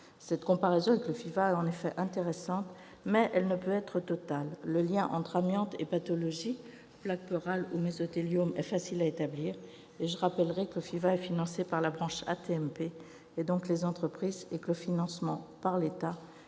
cette comparaison avec le FIVA est intéressante, elle ne peut être totale. Le lien entre amiante et pathologie- plaques pleurales ou mésothéliome -est facile à établir. Je rappellerai que le FIVA est financé par la branche AT-MP, donc par les entreprises, et que le financement par l'État est réduit chaque